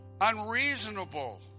unreasonable